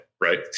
Right